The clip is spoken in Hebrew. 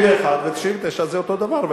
91 ו-99 זה אותו דבר.